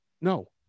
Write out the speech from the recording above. No